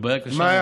בעיה קשה.